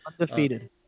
Undefeated